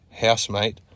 housemate